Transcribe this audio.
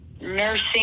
nursing